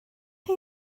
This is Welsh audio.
chi